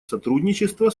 сотрудничества